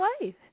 life